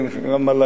כן, חראם עליכ.